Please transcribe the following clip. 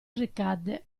ricadde